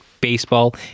baseball